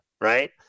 right